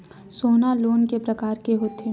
सोना लोन के प्रकार के होथे?